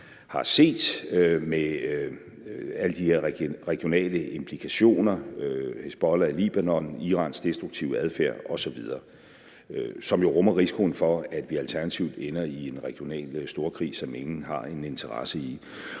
har set med alle de her regionale implikationer, herunder Hizbollah i Libanon, Irans destruktive adfærd osv., som jo rummer risikoen for, at vi alternativt ender i en regional storkrig, hvad ingen har en interesse i.